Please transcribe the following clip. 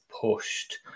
pushed